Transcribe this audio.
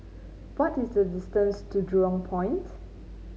what is the distance to Jurong Point